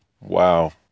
Wow